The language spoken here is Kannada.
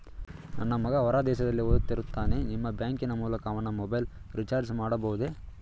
ನನ್ನ ಮಗ ಹೊರ ದೇಶದಲ್ಲಿ ಓದುತ್ತಿರುತ್ತಾನೆ ನಿಮ್ಮ ಬ್ಯಾಂಕಿನ ಮೂಲಕ ಅವನ ಮೊಬೈಲ್ ರಿಚಾರ್ಜ್ ಮಾಡಬಹುದೇ?